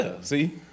see